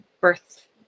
birth